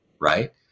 right